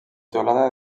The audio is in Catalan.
teulada